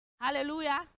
Hallelujah